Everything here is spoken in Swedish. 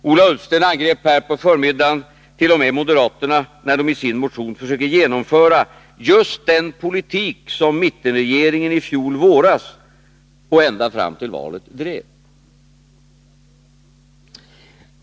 Ola Ullsten angrep här på förmiddagen t.o.m. moderaterna när de i sin motion försöker genomföra just den politik som mittenregeringen drev i fjol vår och ända fram till valet.